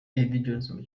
eddie